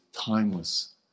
timeless